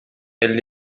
elles